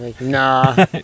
nah